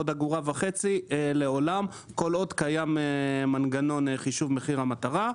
עוד אגורה וחצי לעולם כל עוד קיים מנגנון חישוב מחיר המטרה.